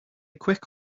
quick